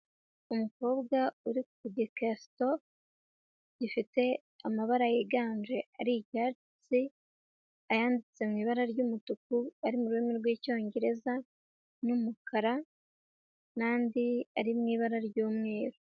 Umukobwa uri ku gikesito gifite amabara yiganje ari icyatsi, ayanditse mu ibara ry'umutuku ari mu rurimi rw'Icyongereza n'umukara, n'andi ari mu ibara ry'umweru.